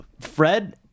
Fred